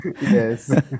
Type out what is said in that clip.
Yes